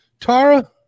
Tara